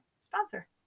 sponsor